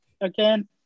again